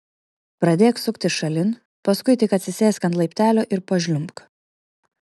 pradėk suktis šalin paskui tik atsisėsk ant laiptelio ir pažliumbk